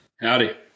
howdy